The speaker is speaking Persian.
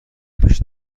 پیش